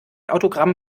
autogramm